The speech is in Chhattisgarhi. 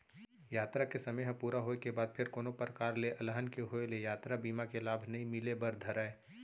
यातरा के समे ह पूरा होय के बाद फेर कोनो परकार ले अलहन के होय ले यातरा बीमा के लाभ नइ मिले बर धरय